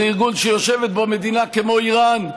זה ארגון שיושבת בו מדינה כמו איראן,